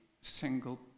single